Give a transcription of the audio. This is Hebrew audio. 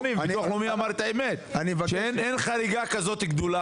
ביטוח לאומי אמר את האמת: אין חריגה כזו גדולה